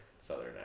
southern